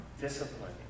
discipline